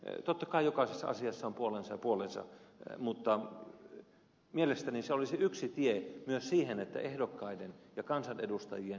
totta kai jokaisessa asiassa on puolensa ja puolensa mutta mielestäni se olisi yksi tie myös siihen että ehdokkaiden ja kansanedustajien riippumattomuus lisääntyisi